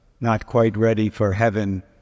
not-quite-ready-for-heaven